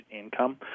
income